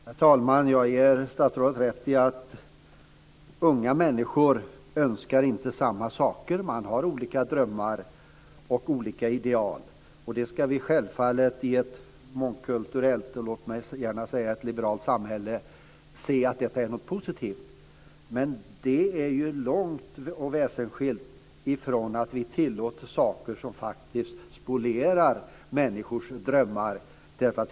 Herr talman! Jag ger statsrådet rätt i att unga människor inte önskar samma saker. De har olika drömmar och olika ideal. I ett mångkulturellt - och låt mig gärna säga liberalt - samhälle ska vi självfallet se det som någonting positivt. Men det är ju långt från det till att tillåta saker som faktiskt spolierar människors drömmar.